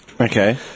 Okay